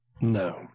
No